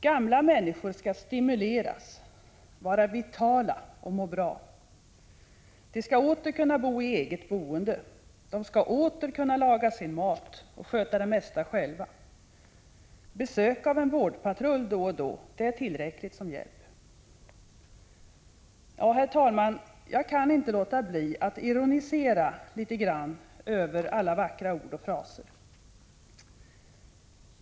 Gamla människor skall stimuleras, vara vitala och må bra. De skall åter kunna bo i eget boende. De skall åter kunna laga sin mat och sköta det mesta själva. Besök av en vårdpatrull då och då är tillräckligt som hjälp. Ja, herr talman, jag kan inte låta bli att ironisera litet grand över alla vackra ord och fraser.